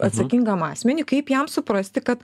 atsakingam asmeniui kaip jam suprasti kad